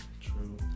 True